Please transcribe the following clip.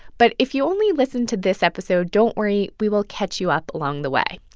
but if you only listen to this episode, don't worry we will catch you up along the way.